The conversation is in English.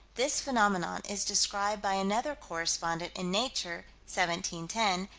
this phenomenon is described by another correspondent, in nature, seventeen ten,